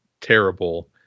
terrible